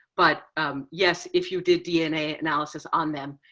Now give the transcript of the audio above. but um yes, if you did dna analysis on them,